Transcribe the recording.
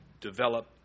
develop